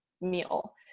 meal